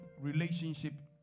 relationship